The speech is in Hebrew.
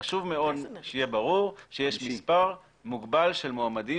חשוב מאוד שיהיה ברור שיש מספר מוגבל של מועמדים